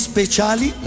speciali